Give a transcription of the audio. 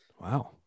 Wow